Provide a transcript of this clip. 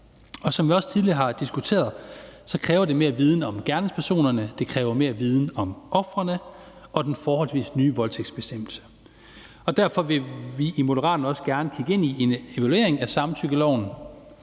og som vi også tidligere har diskuteret, kræver det mere viden om gerningspersonerne, det kræver mere viden om ofrene og den forholdsvis nye voldtægtsbestemmelse. Derfor vil vi i Moderaterne også gerne kigge ind i en evaluering af samtykkeloven,